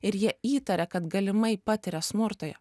ir jie įtaria kad galimai patiria smurtą